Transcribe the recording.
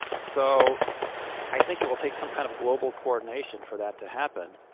so i think it will take some kind of global coordination for that to happen.